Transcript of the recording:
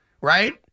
Right